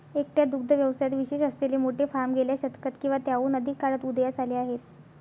एकट्या दुग्ध व्यवसायात विशेष असलेले मोठे फार्म गेल्या शतकात किंवा त्याहून अधिक काळात उदयास आले आहेत